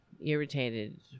irritated